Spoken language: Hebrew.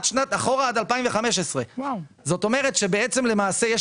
אחורה עד 2015. זאת אומרת שבעצם למעשה יש